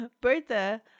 Bertha